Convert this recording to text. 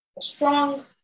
strong